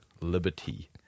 liberty